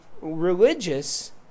religious